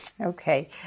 Okay